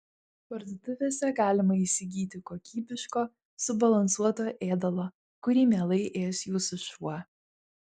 parduotuvėse galima įsigyti kokybiško subalansuoto ėdalo kurį mielai ės jūsų šuo